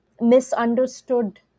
misunderstood